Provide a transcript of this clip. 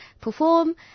perform